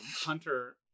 Hunter